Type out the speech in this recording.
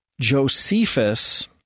Josephus